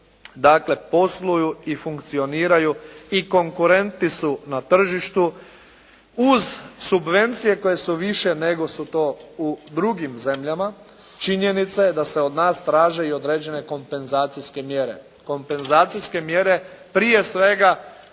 dakle posluju i funkcioniraju i konkurenti su na tržištu uz subvencije koje su više nego su to u drugim zemljama, činjenica je da se od nas traže i određene kompenzacijske mjere. Kompenzacijske mjere prije svega